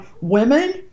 women